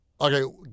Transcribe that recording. Okay